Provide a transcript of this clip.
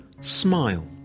smile